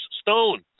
stone